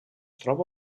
troba